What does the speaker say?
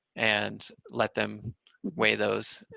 and let them weigh those,